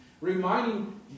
reminding